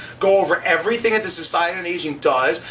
go over everything at the society on aging does,